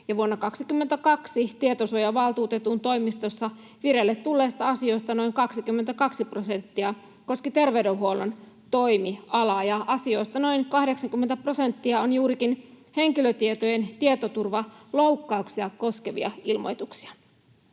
Vuonna 22 Tietosuojavaltuutetun toimistossa vireille tulleista asioista noin 22 prosenttia koski terveydenhuollon toimialaa, ja asioista noin 80 prosenttia on juurikin henkilötietojen tietoturvaloukkauksia koskevia ilmoituksia.